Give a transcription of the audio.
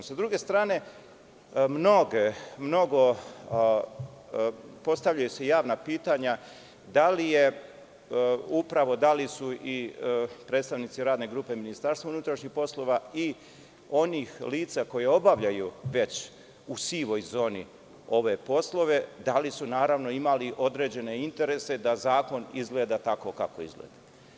Sa druge strane, postavljaju se javna pitanja, upravo da li su i predstavnici radne grupe MUP i onih lica koja obavljaju već u sivoj zoni ove poslove, da li su, naravno, imali određene interese da zakon izgleda tako kako izgleda?